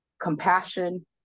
compassion